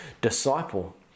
disciple